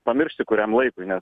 pamiršti kuriam laikui nes